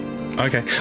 Okay